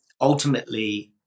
ultimately –